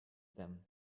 them